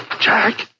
Jack